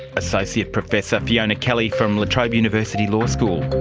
associate professor fiona kelly from la trobe university law school